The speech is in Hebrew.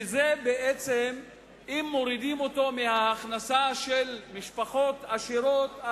שבעצם אם מורידים אותו מההכנסה של משפחות עשירות,